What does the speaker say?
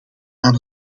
aan